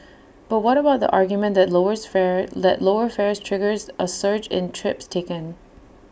but what about the argument that lowers fare let lower fares triggers A surge in trips taken